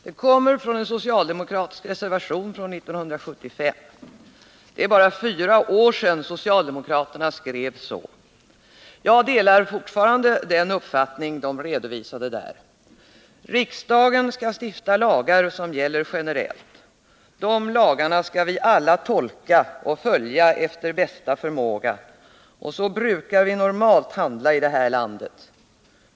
Det kommer från en socialdemokratisk reservation från 1975. Det är bara fyra år sedan socialdemokraterna skrev så. Jag delar fortfarande den uppfattning man redovisade där. Riksdagen skall stifta lagar som gäller generellt. Dessa lagar skall vi alla tolka och följa efter bästa förmåga, och så brukar vi normalt handla i det här landet.